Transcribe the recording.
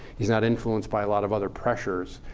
he's not influenced by a lot of other pressures.